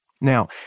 Now